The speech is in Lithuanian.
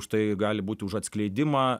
už tai gali būti už atskleidimą